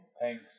Thanks